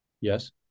Yes